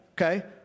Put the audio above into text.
Okay